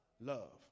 Love